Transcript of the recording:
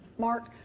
marc,